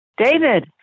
David